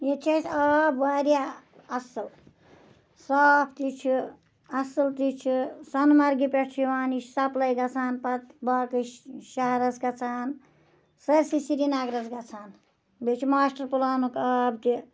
ییٚتہِ چھُ اَسہِ آب واریاہ اَصل صاف تہِ چھُ اَصل تہِ چھُ سۄنمرگہِ پیٹھہٕ چھُ یِوان یہِ چھُ سَپلاے گَژھان پَتہٕ باقٕے شَہرَس گَژھان سٲرسٕے سرینَگرَس گَژھان بیٚیہِ چھُ ماشٹَر پلانُک آب تہِ